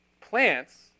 plants